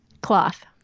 Cloth